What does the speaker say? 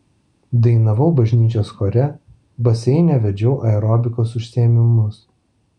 dainavau bažnyčios chore baseine vedžiau aerobikos užsiėmimus